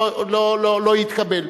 לא יתקבל.